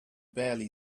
barely